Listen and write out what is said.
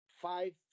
five